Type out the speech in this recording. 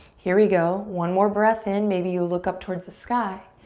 here we go, one more breath in. maybe you look up towards the sky.